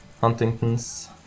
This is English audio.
Huntington's